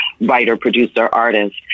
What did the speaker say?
writer-producer-artist